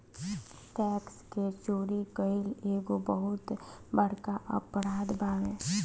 tax के चोरी कईल एगो बहुत बड़का अपराध बावे